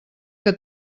que